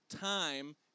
time